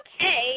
okay